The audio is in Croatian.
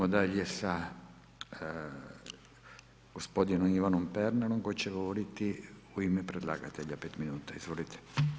Idemo dalje sa gospodinom Ivanom Pernarom koji će govoriti u ime predlagatelja 5 minuta, izvolite,